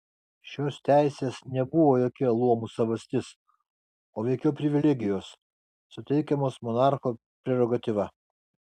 šios teisės nebuvo jokia luomų savastis o veikiau privilegijos suteikiamos monarcho prerogatyva